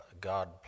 God